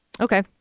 Okay